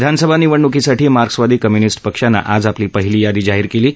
विधानसभा निवडणुकीसाठी मार्क्सवादी कम्युनिस्ट पक्षानं आज आपली पहिली यादी जाहीर केली आहे